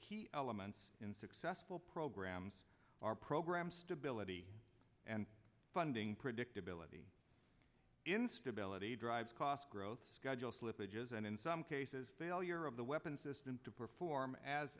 key elements in successful programs are program stability and funding predictability instability drives cost growth schedule slippage is and in some cases failure of the weapon system to perform as